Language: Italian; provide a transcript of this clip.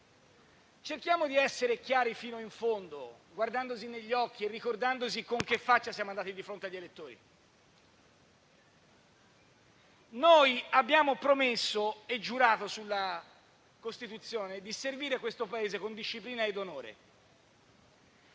Cerchiamo di essere chiari fino in fondo guardandosi negli occhi e ricordandosi con che faccia siamo andati di fronte agli elettori. Noi abbiamo promesso e giurato sulla Costituzione di servire questo Paese con disciplina e onore.